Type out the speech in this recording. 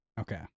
Okay